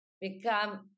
become